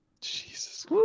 Jesus